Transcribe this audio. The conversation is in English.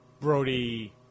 Brody